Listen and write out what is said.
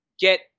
get